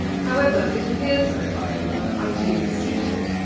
however, it appears that the couple were ideally suited,